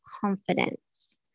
confidence